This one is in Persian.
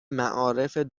معارف